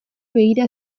begira